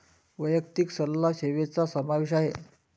वैयक्तिक सल्ला सेवेचा समावेश आहे